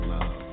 Love